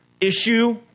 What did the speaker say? issue